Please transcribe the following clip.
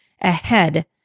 ahead